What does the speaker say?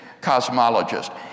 cosmologist